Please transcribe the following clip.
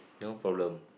no problem